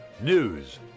News